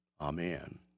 amen